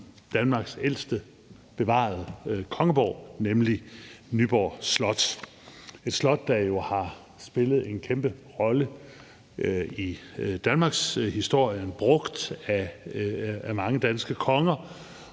Danmarks ældste bevarede kongeborg, nemlig Nyborg Slot. Det er jo et slot, der har spillet en kæmpe rolle i danmarkshistorien og er blevet brugt af mange danske konger,